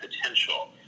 potential